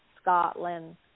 Scotland